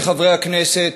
כחברי הכנסת,